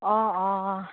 অঁ অঁ অঁ